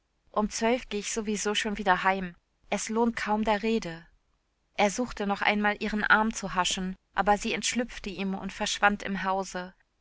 um zwölf geh ich sowieso schon wieder heim es lohnt kaum der rede er suchte noch einmal ihren arm zu haschen aber sie entschlüpfte ihm und verschwand im hause